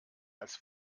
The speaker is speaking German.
als